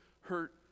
hurt